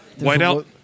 Whiteout